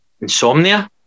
Insomnia